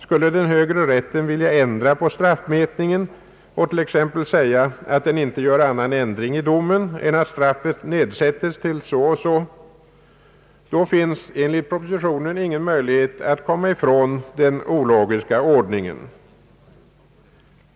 Skulle den högre rätten vilja ändra på straffmätningen och t.ex. säga, att den inte gör annan ändring i domen än att straffet nedsättes till så och så, då finns enligt propositionen ingen möjlighet att komma ifrån den ologiska ordningen.